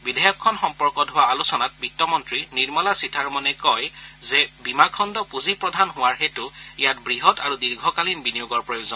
বিধেয়কখন সম্পৰ্কত হোৱা আলোচনাত বিত্তমন্ত্ৰী নিৰ্মলা সীতাৰমণে কয় যে বীমাখণ্ড পুঁজিপ্ৰধান হোৱাৰ হেতু ইয়াত বৃহৎ আৰু দীৰ্ঘকালীন বিনিয়োগৰ প্ৰয়োজন